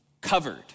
covered